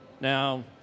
Now